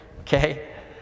okay